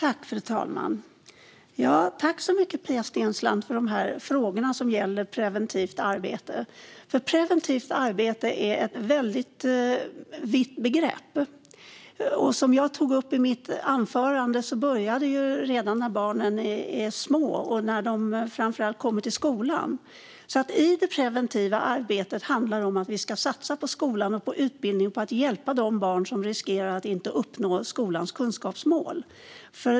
Fru talman! Tack så mycket, Pia Steensland, för frågorna som gäller preventivt arbete! Preventivt arbete är ett väldigt vitt begrepp. Som jag tog upp i mitt anförande börjar det redan när barnen är små och framför allt när de kommer till skolan. I det preventiva arbetet handlar det om att vi ska satsa på skolan och på utbildning och på att hjälpa de barn som riskerar att inte uppnå skolans kunskapsmål.